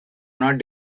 not